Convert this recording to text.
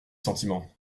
sentiments